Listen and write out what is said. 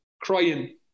crying